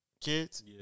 kids